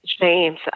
James